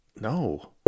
No